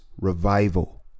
revival